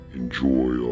enjoy